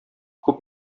күп